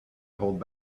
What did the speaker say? hold